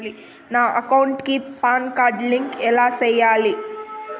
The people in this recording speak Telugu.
నా అకౌంట్ కి పాన్ కార్డు లింకు ఎలా సేయాలి